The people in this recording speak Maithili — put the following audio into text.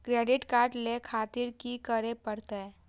क्रेडिट कार्ड ले खातिर की करें परतें?